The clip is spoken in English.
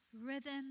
Rhythm